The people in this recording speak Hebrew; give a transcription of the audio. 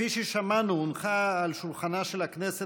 כפי ששמענו הונחה על שולחנה של הכנסת